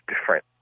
different